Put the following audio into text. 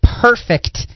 perfect